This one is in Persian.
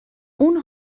اون